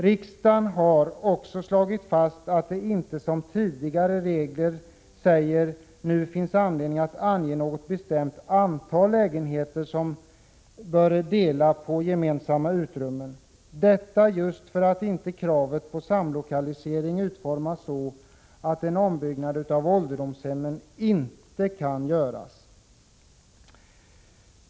Riksdagen har också slagit fast att det inte, som tidigare, finns anledning att ange något bestämt antal lägenheter som skall dela på gemensamma utrymmen — detta just för att kravet på samlokalisering inte utformas så att en ombyggnad av ålderdomshemmen inte kan göras.